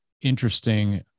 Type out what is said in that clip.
interesting